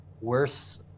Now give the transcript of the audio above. worse